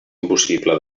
impossible